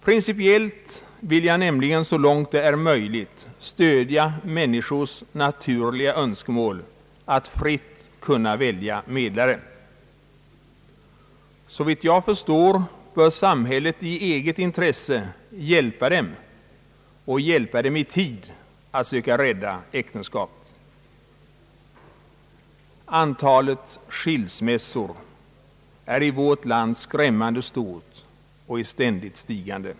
Principiellt vill jag nämligen, så långt det är möjligt, stödja människors naturliga önskemål att fritt kunna välja medlare. Såvitt jag förstår bör samhället i eget intresse hjälpa dem och hjälpa dem i tid att söka rädda äktenskapet. Antalet skilsmässor är i vårt land skrämmande stort och befinner sig i ständigt stigande.